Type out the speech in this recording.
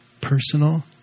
Personal